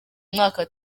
umwaka